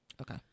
Okay